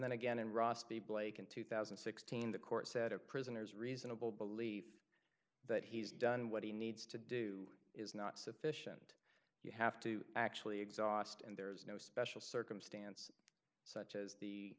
then again and ross be blake in two thousand and sixteen the court said a prisoner's reasonable belief that he's done what he needs to do is not sufficient you have to actually exhaust and there is no special circumstance such as the